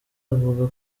avuga